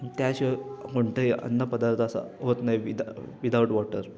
त्याचे कोणतंही अन्नपदार्थ असा होत नाहीं विदा विदाउट वॉटर